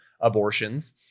abortions